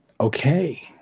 okay